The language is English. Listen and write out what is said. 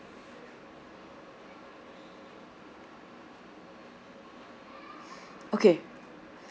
okay